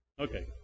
Okay